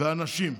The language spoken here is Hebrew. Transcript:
והנשים.